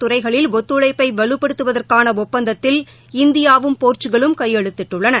துறைமுகம் நத்துழைப்பை வலுப்படுத்துவதற்கான ஒப்பந்தத்தில் இந்தியாவும் போர்ச்சுக்கல்லும் கையெழுத்திட்டுள்ளன